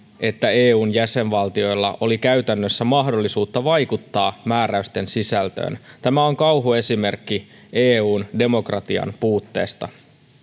että eun jäsenvaltioilla oli käytännössä mahdollisuutta vaikuttaa määräysten sisältöön tämä on kauhuesimerkki eun demokratian puutteesta